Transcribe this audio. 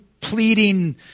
pleading